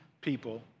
people